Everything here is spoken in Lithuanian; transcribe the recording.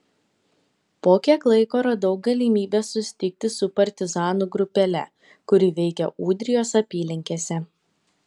po kiek laiko radau galimybę susitikti su partizanų grupele kuri veikė ūdrijos apylinkėse